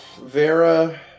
Vera